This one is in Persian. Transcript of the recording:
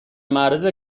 معرض